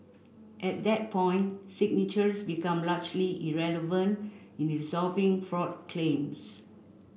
at that point signatures became largely irrelevant in resolving fraud claims